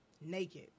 Naked